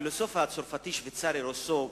הפילוסוף הצרפתי-שוויצרי רוסו,